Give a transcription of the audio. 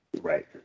Right